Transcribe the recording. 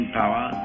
power